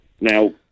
Now